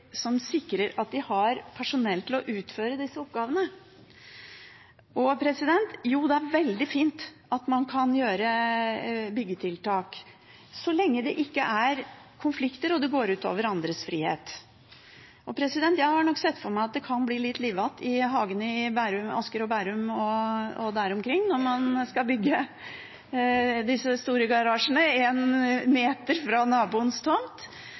som sikrer at de har personell til å utføre disse oppgavene. Jo, det er veldig fint at man kan ha byggetiltak, så lenge det ikke er konflikter og det går ut over andres frihet. Jeg har nok sett for meg at det kan bli litt livat i hagene i Asker og Bærum og der omkring når man skal bygge disse store garasjene én meter fra